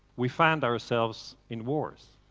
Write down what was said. we find ourselves in wars.